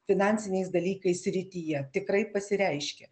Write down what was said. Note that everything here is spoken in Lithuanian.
finansiniais dalykais srityje tikrai pasireiškia